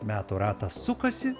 metų ratas sukasi